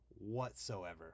whatsoever